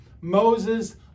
moses